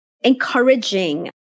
encouraging